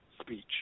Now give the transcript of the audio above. speech